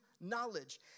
knowledge